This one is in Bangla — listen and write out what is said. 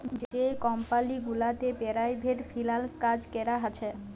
যে কমপালি গুলাতে পেরাইভেট ফিল্যাল্স কাজ ক্যরা হছে